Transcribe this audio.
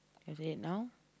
I said now